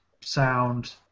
sound